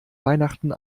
weihnachten